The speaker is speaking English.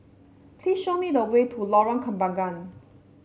please show me the way to Lorong Kembagan